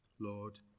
Lord